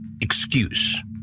excuse